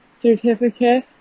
certificate